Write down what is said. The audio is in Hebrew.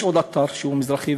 יש עוד אתר שהוא מזרחי,